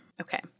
Okay